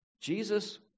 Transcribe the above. Jesus